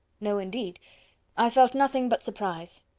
no indeed i felt nothing but surprise.